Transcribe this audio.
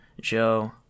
Joe